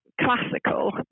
classical